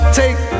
take